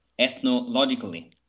ethnologically